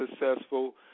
successful